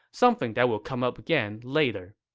something that will come up again later